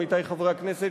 עמיתי חברי הכנסת,